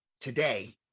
Today